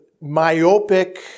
myopic